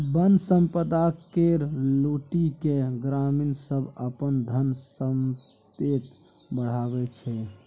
बन संपदा केर लुटि केँ ग्रामीण सब अपन धन संपैत बढ़ाबै छै